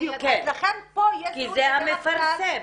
כי זה המפרסם.